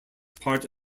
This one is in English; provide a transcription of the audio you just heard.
part